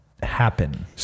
happen